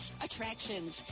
Attractions